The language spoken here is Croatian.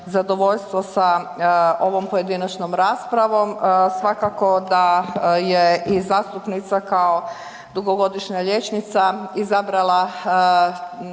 zadovoljstvo sa ovom pojedinačnom raspravom. Svakako da je i zastupnica kao dugogodišnja liječnica izabrala